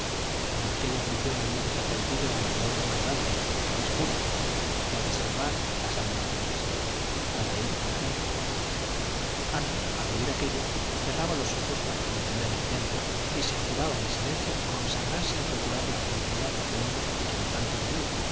pero aquella ambición había desaparecido ante otra más grande más pura la de salvar las almas buenas la de ella por ejemplo ana al oír aquello cerraba los ojos para contener el llanto y se juraba en silencio consagrarse a procurar la felicidad de aquel hombre a quien tanto debía